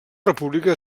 república